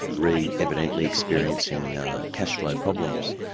reed evidently experiencing cash flow problems,